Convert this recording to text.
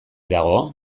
dago